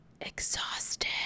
exhausted